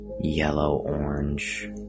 yellow-orange